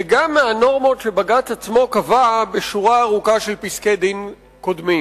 וגם מהנורמות שבג"ץ עצמו קבע בשורה ארוכה של פסקי-דין קודמים.